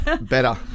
Better